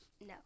No